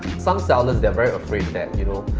some sellers they are very afraid that you know,